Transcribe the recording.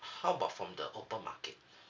how about from the open market